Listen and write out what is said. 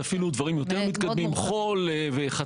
זה אפילו דברים יותר מתקדמים: חול וחצץ.